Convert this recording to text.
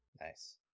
Nice